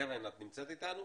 קרן, את נמצאת איתנו?